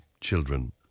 children